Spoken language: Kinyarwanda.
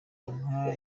inka